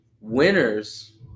Winners